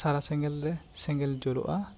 ᱥᱟᱨᱟ ᱥᱮᱸᱜᱮᱞ ᱨᱮ ᱥᱮᱸᱜᱮᱞ ᱡᱩᱞᱩᱜᱼᱟ